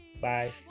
bye